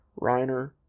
Reiner